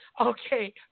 Okay